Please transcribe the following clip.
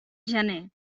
gener